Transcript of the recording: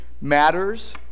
matters